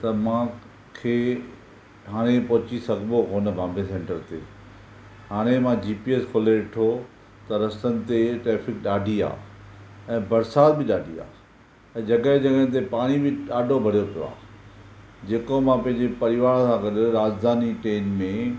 त मूंखे हाणे पहुची सघिबो कोन्हे बाम्बे सैंट्रल ते हाणे मां जी पी ऐस खोले ॾिठो त रस्तनि ते ट्रैफिक ॾाढी आहे ऐं बरसाति बि ॾाढी आहे ऐं जॻहि जॻहि ते पाणी बि ॾाढो भरियलु पियो आहे जेको मां पंहिंजे परिवार सां गॾु राजधानी ट्रेन में